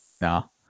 No